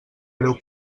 greu